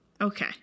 Okay